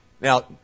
Now